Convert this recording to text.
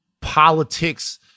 politics